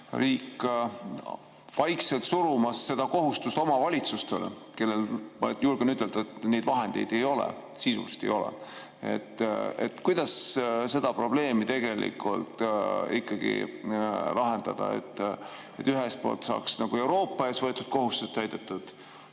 riik vaikselt surumas seda kohustust omavalitsustele, kellel, ma julgen ütelda, neid vahendeid ei ole, sisuliselt ei ole. Kuidas seda probleemi ikkagi lahendada, et ühelt poolt saaks Euroopa ees võetud kohustused täidetud